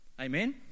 Amen